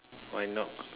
why not